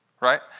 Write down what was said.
right